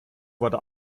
wurde